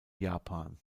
japan